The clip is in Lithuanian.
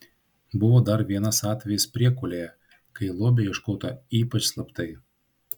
buvo dar vienas atvejis priekulėje kai lobio ieškota ypač slaptai